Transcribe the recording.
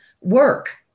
work